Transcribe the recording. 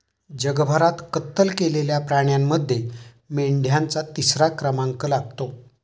जगभरात कत्तल केलेल्या प्राण्यांमध्ये मेंढ्यांचा तिसरा क्रमांक लागतो